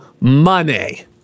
money